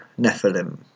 Nephilim